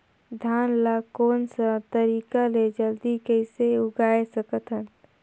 धान ला कोन सा तरीका ले जल्दी कइसे उगाय सकथन?